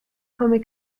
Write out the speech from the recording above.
komme